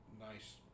nice